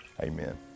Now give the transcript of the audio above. Amen